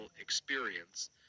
experience